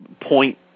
point